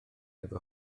efo